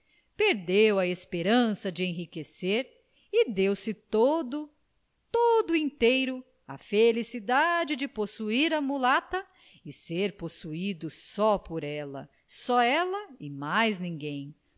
perdeu a esperança de enriquecer e deu-se todo todo inteiro à felicidade de possuir a mulata e ser possuído só por ela só ela e mais ninguém